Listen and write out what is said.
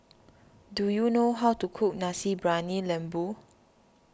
do you know how to cook Nasi Briyani Lembu